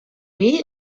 jej